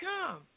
come